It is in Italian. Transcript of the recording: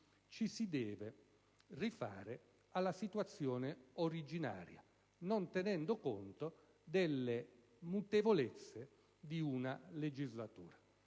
ci si deve rifare alla situazione originaria, non tenendo conto delle mutevolezze della legislatura.